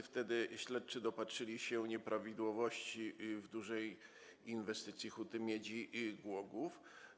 Wtedy śledczy dopatrzyli się nieprawidłowości w dużej inwestycji Huty Miedzi Głogów.